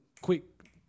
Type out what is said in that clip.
quick